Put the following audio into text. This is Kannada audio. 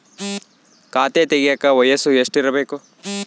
ಖಾತೆ ತೆಗೆಯಕ ವಯಸ್ಸು ಎಷ್ಟಿರಬೇಕು?